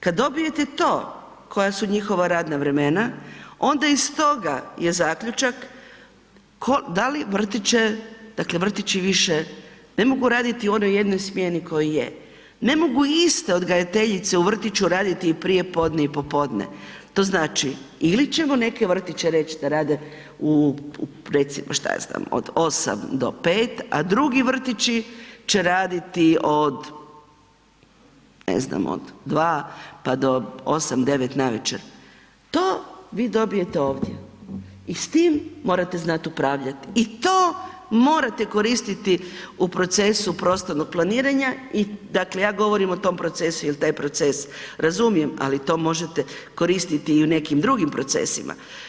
Kad dobijete to koja su njihova radna vremena onda iz toga je zaključak da li vrtiće, dakle vrtići više ne mogu raditi u onoj jednoj smjeni koji je, ne mogu iste odgajateljice u vrtiću raditi i prije podne i popodne, to znači ili ćemo neke vrtiće reć da rade u recimo šta ja znam od 8 do 5, a drugi vrtići će raditi od, ne znam, od 2, pa do 8-9 navečer, to vi dobijete ovdje i s tim morate znat upravljat i to morate koristiti u procesu prostornog planiranja i dakle, ja govorim o tom procesu jel taj proces razumijem, ali to možete koristiti i u nekim drugim procesima.